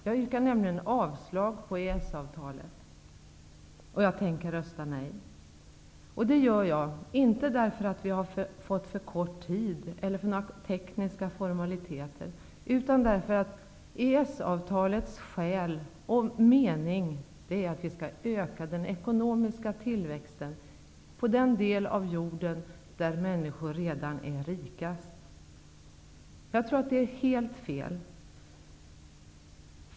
Jag yrkar nämligen avslag på utskottets hemställan, vilket innebär att jag röstar nej till EES-avtalet. Jag gör det, inte på grund av att vi har fått för kort tid på oss eller på grund av några tekniska formaliteter, utan därför att EES-avtalets själ och mening är att vi skall öka den ekonomiska tillväxten på den del av jorden där människor redan är rikast. Jag tror att det är helt fel.